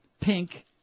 Pink